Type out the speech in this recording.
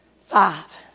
Five